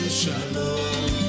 shalom